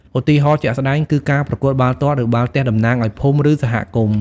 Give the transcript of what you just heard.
ឧទាហរណ៍ជាក់ស្តែងគឺ ការប្រកួតបាល់ទាត់ ឬបាល់ទះតំណាងឲ្យភូមិ ឬសហគមន៍។